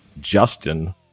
Justin